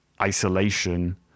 isolation